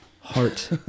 heart